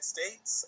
States